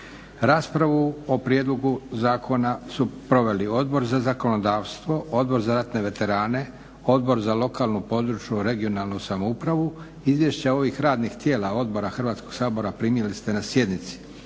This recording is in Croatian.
Raspravu o prijedlogu zakona su proveli Odbor za zakonodavstvo, Odbor za ratne veterane, Odbor za lokalnu, područnu, regionalnu samoupravu. Izvješća ovih radnih tijela odbora Hrvatskog sabora primili ste na sjednici.